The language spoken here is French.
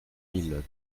mille